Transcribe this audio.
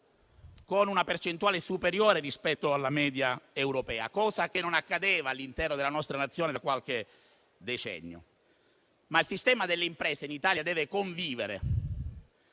con una percentuale superiore rispetto alla media europea, cosa che non accadeva all'interno della nostra Nazione da qualche decennio. Ma il sistema delle imprese in Italia deve convivere